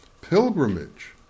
pilgrimage